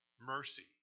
mercy